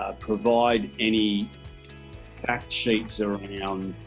ah provide any fact sheets around